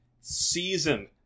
season